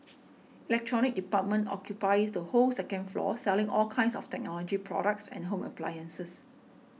electronics department occupies the whole second floor selling all kinds of technology products and home appliances